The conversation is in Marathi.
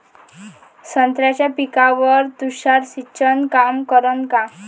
संत्र्याच्या पिकावर तुषार सिंचन काम करन का?